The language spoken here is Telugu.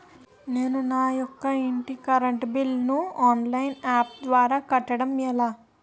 నేను నా యెక్క ఇంటి కరెంట్ బిల్ ను ఆన్లైన్ యాప్ ద్వారా కట్టడం ఎలా?